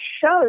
shows